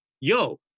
yo